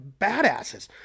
badasses